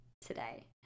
today